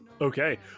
Okay